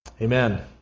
Amen